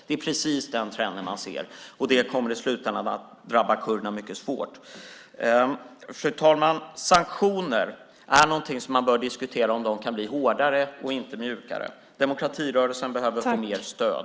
Det är precis den trenden man ser, och det kommer i slutändan att drabba kurderna mycket svårt. Fru talman! Man bör diskutera om sanktioner kan bli hårdare och inte mjukare. Demokratirörelsen behöver få mer stöd.